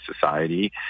society